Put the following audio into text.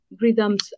rhythms